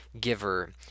giver